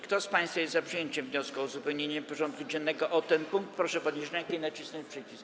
Kto z państwa jest za przyjęciem wniosku o uzupełnienie porządku dziennego o ten punkt, proszę podnieść rękę i nacisnąć przycisk.